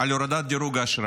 על הורדת דירוג האשראי.